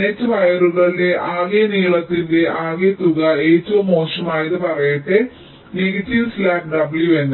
net വയറുകളുടെ ആകെ നീളത്തിന്റെ ആകെത്തുക ഏറ്റവും മോശമായത് പറയട്ടെ നെഗറ്റീവ് സ്ലാക്ക് WNS